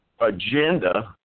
agenda